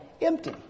empty